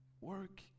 work